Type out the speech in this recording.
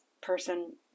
person